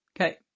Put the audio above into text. Okay